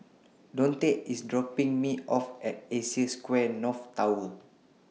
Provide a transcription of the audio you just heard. Donte IS dropping Me off At Asia Square North Tower